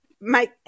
make